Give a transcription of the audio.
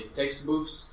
textbooks